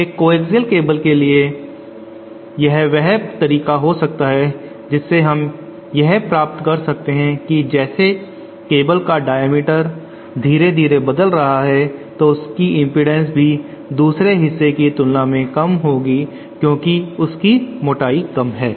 एक coaxial cable के लिए यह वह तरीका हो सकता है जिससे हम यह प्राप्त कर सकते हैं कि जैसे केबल का डायमीटर व्यास धीरे धीरे बदल रहा है तो उसकी इम्पीडन्स भी दूसरे हिस्से की तुलना में कम होगी क्योंकि उसकी मोटाई कम है